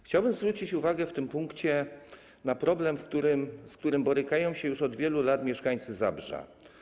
Chciałbym zwrócić uwagę w tym punkcie na problem, z którym borykają się już od wielu lat mieszkańcy Zabrza.